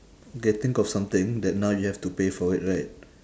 okay think of something that now you have to pay for it right